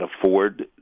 afford